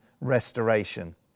restoration